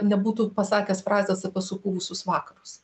nebūtų pasakęs frazės apie supuvusius vakarus